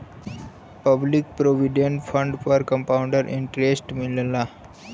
public provident fund पर compound interest मिलला